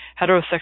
heterosexual